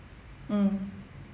mm